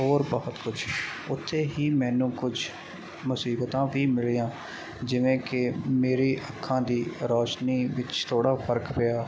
ਹੋਰ ਬਹੁਤ ਕੁਛ ਉੱਥੇ ਹੀ ਮੈਨੂੰ ਕੁਛ ਮੁਸੀਬਤਾਂ ਵੀ ਮਿਲੀਆਂ ਜਿਵੇਂ ਕਿ ਮੇਰੀ ਅੱਖਾਂ ਦੀ ਰੌਸ਼ਨੀ ਵਿੱਚ ਥੋੜ੍ਹਾ ਫਰਕ ਪਿਆ